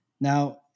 Now